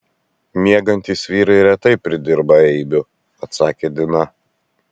miegantys vyrai retai pridirba eibių atsakė dina